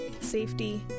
Safety